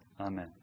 Amen